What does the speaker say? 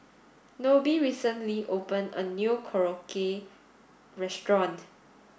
Nobie recently opened a new Korokke restaurant